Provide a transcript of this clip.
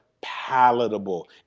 palatable